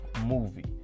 movie